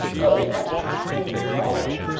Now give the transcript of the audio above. but we got some serious problems.